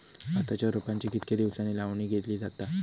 भाताच्या रोपांची कितके दिसांनी लावणी केली जाता?